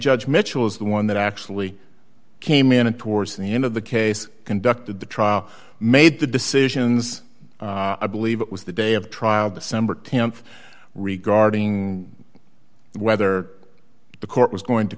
judge mitchell is the one that actually came in and towards the end of the case conducted the trial made the decisions i believe it was the day of trial december th regarding whether the court was going to